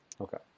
Okay